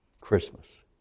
Christmas